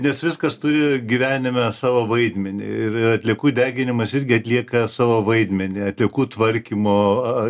nes viskas turi gyvenime savo vaidmenį ir atliekų deginimas irgi atlieka savo vaidmenį atliekų tvarkymo